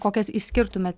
kokias išskirtumėt